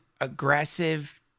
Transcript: aggressive